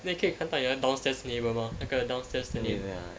then 可以看到你们 downstairs neighbour mah 那个 downstairs neighbour